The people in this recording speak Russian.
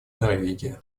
норвегия